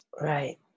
Right